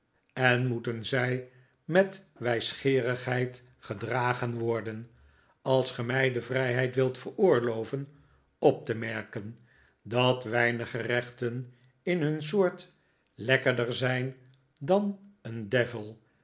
en moeten zij met wijsgeerigheid gedragen worden als ge mij de vrijheid wilt veroorloven op te merken dat weinig gerechten in hun soort lekkerder zijn dan een devil